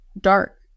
Dark